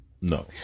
No